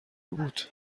بود